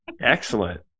Excellent